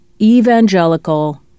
evangelical